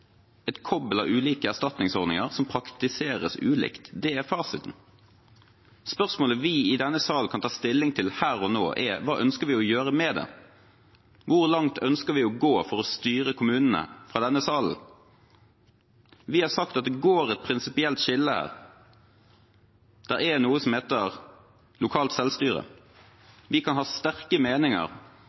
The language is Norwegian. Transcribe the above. et kobbel av ulike erstatningsordninger som praktiseres ulikt. Det er fasiten. Spørsmålet vi i denne salen kan ta stilling til her og nå, er: Hva ønsker vi å gjøre med det? Hvor langt ønsker vi å gå for å styre kommunene fra denne salen? Vi har sagt at det går et prinsipielt skille her. Det er noe som heter lokalt selvstyre. Vi kan ha sterke meninger